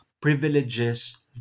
privileges